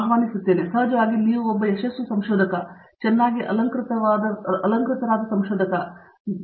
ಆದ್ದರಿಂದ ಸಹಜವಾಗಿ ನೀವೇ ಒಬ್ಬ ಯಶಸ್ವಿ ಸಂಶೋಧಕ ಚೆನ್ನಾಗಿ ಅಲಂಕರಿಸಿದ ಸಂಶೋಧಕ ಮತ್ತು ಹೀಗೆ